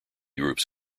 groups